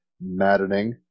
maddening